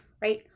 right